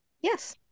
Yes